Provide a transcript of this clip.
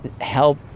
help